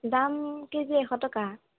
দাম কেজি এশ টকা